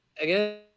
again